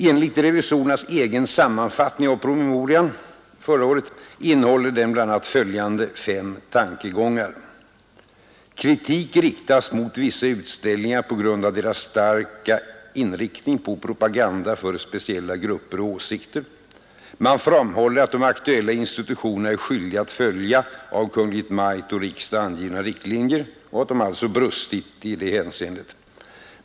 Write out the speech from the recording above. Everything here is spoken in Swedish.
Enligt revisorernas egen sammanfattning av promemorian förra året innehåller denna bl.a. följande fem tankegångar: Kritik riktas mot vissa utställningar på grund av deras ”starka inriktning på propaganda för speciella grupper och åsikter”. Man framhåller att de aktuella institutionerna är skyldiga att följa av Kungl. Maj:t och riksdag angivna riktlinjer och att de alltså brustit i det hänseendet.